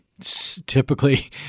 typically